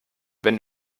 wenn